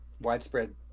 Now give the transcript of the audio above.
widespread